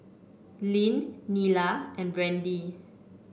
Lyn Nila and Brandi